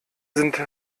sind